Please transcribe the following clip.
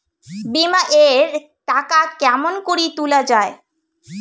বিমা এর টাকা কেমন করি তুলা য়ায়?